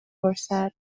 پرسد